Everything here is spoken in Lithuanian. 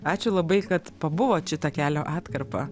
ačiū labai kad pabuvot šitą kelio atkarpą